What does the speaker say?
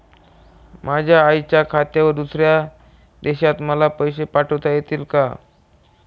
माझ्या आईच्या खात्यावर दुसऱ्या देशात मला पैसे पाठविता येतील का?